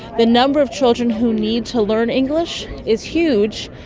the number of children who need to learn english is huge.